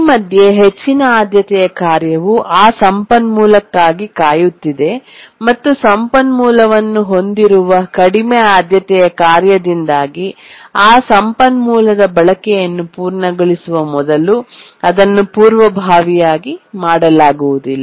ಈ ಮಧ್ಯೆ ಹೆಚ್ಚಿನ ಆದ್ಯತೆಯ ಕಾರ್ಯವು ಆ ಸಂಪನ್ಮೂಲಕ್ಕಾಗಿ ಕಾಯುತ್ತಿದೆ ಮತ್ತು ಸಂಪನ್ಮೂಲವನ್ನು ಹೊಂದಿರುವ ಕಡಿಮೆ ಆದ್ಯತೆಯ ಕಾರ್ಯದಿಂದಾಗಿ ಆ ಸಂಪನ್ಮೂಲದ ಬಳಕೆಯನ್ನು ಪೂರ್ಣಗೊಳಿಸುವ ಮೊದಲು ಅದನ್ನು ಪೂರ್ವಭಾವಿಯಾಗಿ ಮಾಡಲಾಗುವುದಿಲ್ಲ